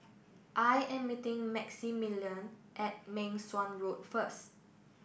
I am meeting Maximilian at Meng Suan Road first